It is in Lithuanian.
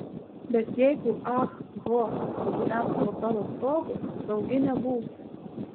bet jeigu ah ho gyvens po tavo stogu saugi nebūsi